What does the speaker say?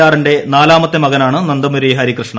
ആറിന്റെ നാലാമത്തെ മകനാണ് നന്ദമുരി ഹരികൃഷ്ണ